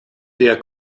der